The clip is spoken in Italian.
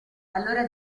allora